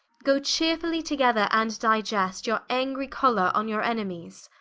go cheerefully together, and digest your angry choller on your enemies.